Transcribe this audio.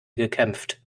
gekämpft